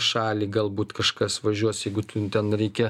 šalį galbūt kažkas važiuos jeigu tu ten reikia